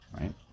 right